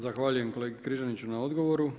Zahvaljujem kolegi Križaniću na odgovoru.